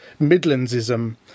Midlandsism